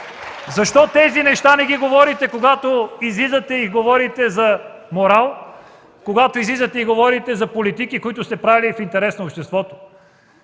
Защо не казвате тези неща, когато излизате и говорите за морал, когато излизате и говорите за политики, които сте правили в интерес на обществото?